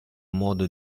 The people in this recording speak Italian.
modo